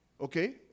Okay